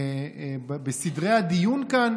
בסדרי הדיון כאן,